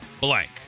blank